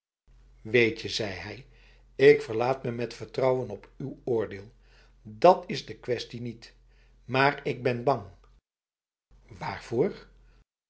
weetje zei hij ik verlaat me met vertrouwen op uw oordeel dat is de kwestie niet maar ik ben bangb